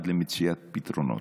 עד למציאת פתרונות.